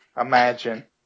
imagine